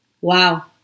Wow